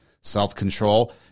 self-control